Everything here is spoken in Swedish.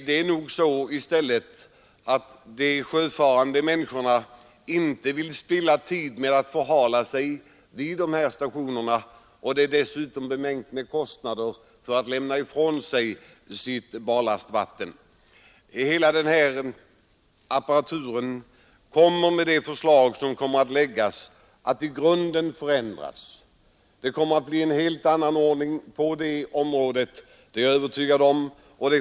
Det är nog i stället så, herr Tobé, att de sjöfarande människorna inte vill spilla tid vid de här stationerna, och det är dessutom bemängt med kostnader att lämna ifrån sig sitt barlastvatten. Hela den här funktionen kommer med det förslag som skall läggas fram att i grunden förändras, Det kommer att bli en helt annan och bättre ordning på det här området, det kan jag försäkra.